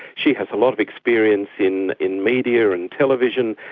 she has a lot of experience in in media and television,